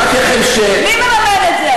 מי מממן את זה?